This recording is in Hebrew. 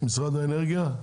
משרד האנרגיה ?